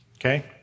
okay